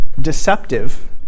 deceptive